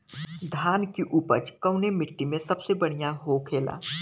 धान की उपज कवने मिट्टी में सबसे बढ़ियां होखेला?